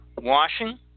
washing